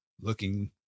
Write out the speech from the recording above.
looking